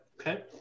okay